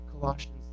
Colossians